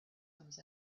comes